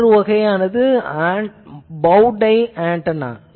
மற்றொரு வகை bow tie antenna